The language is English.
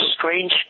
strange